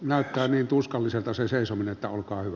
näyttää niin tuskalliselta se seisominen että olkaa hyvä